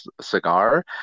cigar